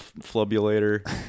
Flubulator